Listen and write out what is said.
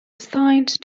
assigned